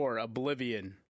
Oblivion